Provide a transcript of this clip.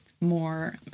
more